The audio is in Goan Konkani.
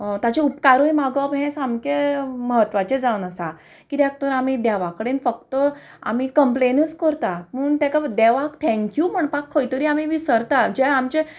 ताचे उपकारूय मागप हें सामकें म्हत्वाचें जावन आसा कित्याक तर आमी देवा कडेन फक्त आमी कंम्प्लेनूच करता पूण तेका देवाक थँक यू म्हणपाक खंय तरी आमी विसरता जें आमचें